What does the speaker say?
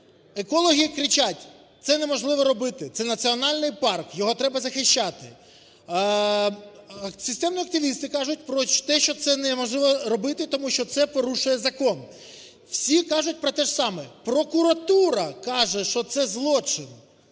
Екологи кричать: це неможливо робити, це національний парк, його треба захищати. Системно активісти кажуть про те, що це неможливо робити, тому що це порушує закон. Всі кажуть про те ж саме. Прокуратура каже, що це злочин.